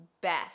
best